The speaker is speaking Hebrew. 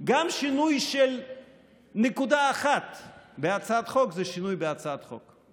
גם שינוי של נקודה אחת בהצעת חוק זה שינוי בהצעת חוק.